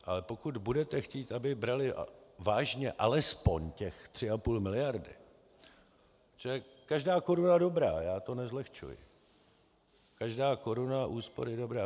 Ale pokud budete chtít, aby brali vážně alespoň těch 3,5 mld., každá koruna dobrá, já to nezlehčuji, každá koruna úspory dobrá.